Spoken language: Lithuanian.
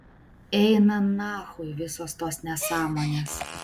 eina nachui visos tos nesąmonės